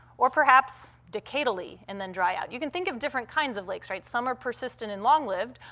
or perhaps decadally and then dry out? you can think of different kinds of lakes, right? some are persistent and long-lived,